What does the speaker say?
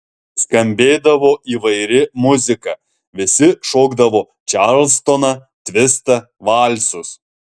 skambėdavo įvairi muzika visi šokdavo čarlstoną tvistą valsus